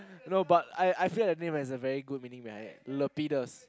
no but I feel I feel that name has a very good meaning that I Lapidas